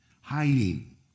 Hiding